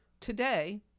Today